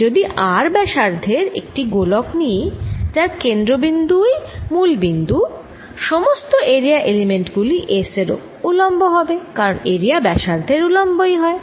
আমি যদি R ব্যাসার্ধের একটি গোলক নিই যার কেন্দ্র বিন্দুই মিল বিন্দু সমস্ত এরিয়া এলিমেন্ট গুলি S এর উলম্ব হবে কারণ এরিয়া ব্যাসার্ধের উলম্বই হয়